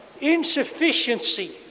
insufficiency